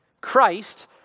Christ